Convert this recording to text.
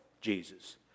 Jesus